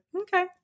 okay